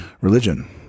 religion